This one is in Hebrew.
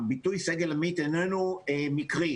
הביטוי "סגל עמית" איננו מקרי.